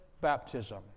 baptism